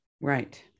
right